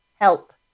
help